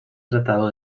tratado